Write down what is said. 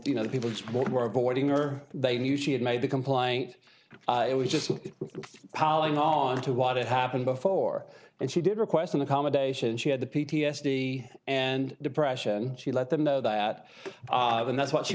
you know people were boarding or they knew she had made the complaint it was just falling on to what had happened before and she did request an accommodation she had the p t s d and depression she let them know that and that's what she